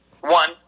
One